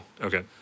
Okay